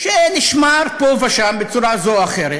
שנשמר פה ושם בצורה זו או אחרת.